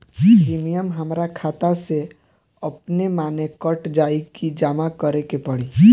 Premium हमरा खाता से अपने माने कट जाई की जमा करे के पड़ी?